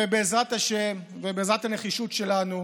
ובעזרת השם, ובעזרת הנחישות שלנו,